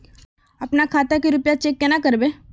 अपना खाता के रुपया चेक केना करबे?